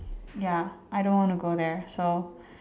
ya I don't want to go there so